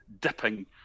dipping